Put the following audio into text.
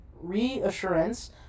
reassurance